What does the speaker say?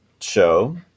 show